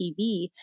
TV